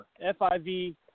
F-I-V